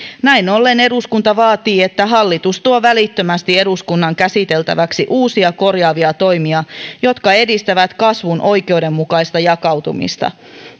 näin ollen eduskunta vaatii että hallitus tuo välittömästi eduskunnan käsiteltäväksi uusia korjaavia toimia jotka edistävät kasvun oikeudenmukaista jakautumista